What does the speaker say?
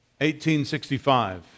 1865